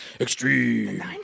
Extreme